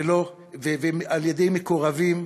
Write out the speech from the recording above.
ואני אסיים,